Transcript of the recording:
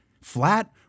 flat